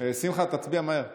אינה נוכחת, חבר הכנסת עודד פורר,